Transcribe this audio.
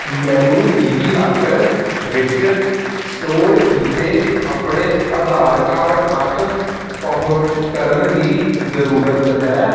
ਮੈਨੂੰ ਡੀਜੀਲਾਕਰ ਵਿੱਚ ਸਟੋਰ ਕੀਤੇ ਆਪਣੇ ਆਧਾਰ ਕਾਰਡ ਤੱਕ ਪਹੁੰਚ ਕਰਨ ਦੀ ਜ਼ਰੂਰਤ ਹੈ